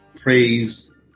Praise